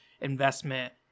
investment